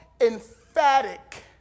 emphatic